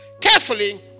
carefully